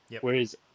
whereas